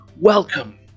welcome